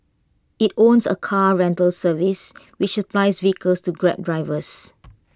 IT owns A car rental service which supplies vehicles to grab drivers